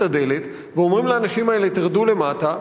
הדלת ואומרים לאנשים האלה: תרדו למטה.